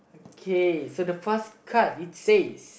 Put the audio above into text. okay so the first card it says